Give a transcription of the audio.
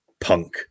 Punk